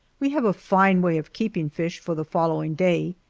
we have a fine way of keeping fish for the following day.